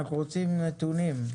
אנחנו רוצים נתונים.